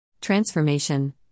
Transformation